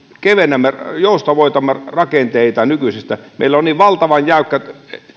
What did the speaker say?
kevennämme joustavoitamme rakenteita nykyisestä meillä on niin valtavan jäykät